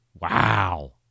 Wow